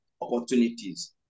opportunities